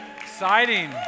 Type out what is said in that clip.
Exciting